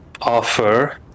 offer